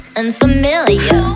unfamiliar